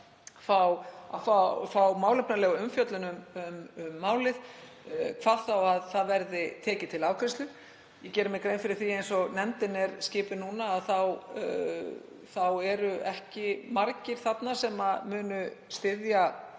að fá málefnalega umfjöllun um málið, hvað þá að það verði tekið til afgreiðslu. Ég geri mér grein fyrir því, eins og nefndin er skipuð núna, að ekki eru margir sem munu styðja